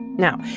now,